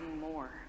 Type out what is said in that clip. more